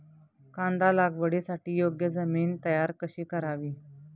कांदा लागवडीसाठी योग्य जमीन तयार कशी करावी?